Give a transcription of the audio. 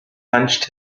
hunched